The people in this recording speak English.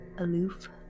Aloof